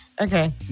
Okay